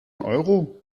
euro